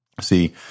See